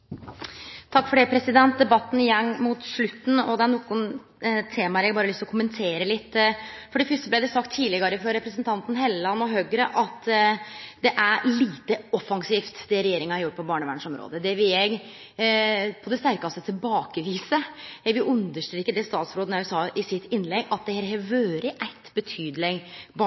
har lyst til å kommentere litt. For det fyrste blei det sagt tidlegare frå representanten Hofstad Helleland og Høgre at det er lite offensivt det regjeringa har gjort på barnevernsområdet. Det vil eg på det sterkaste tilbakevise. Eg vil understreke det statsråden òg sa i sitt innlegg, at det har